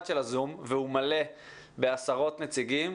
של ה-זום והיא מלאה בעשרות נציגים.